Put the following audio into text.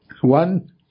One